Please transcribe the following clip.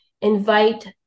invite